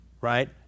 right